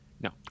no